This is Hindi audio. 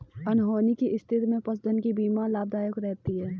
अनहोनी की स्थिति में पशुधन की बीमा लाभदायक रहती है